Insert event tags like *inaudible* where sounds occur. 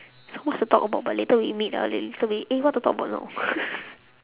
so much to talk about but later we meet ah later we eh what to talk about now *laughs*